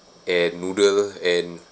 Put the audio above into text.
and noodle and